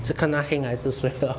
是看他 heng 还是 suay lor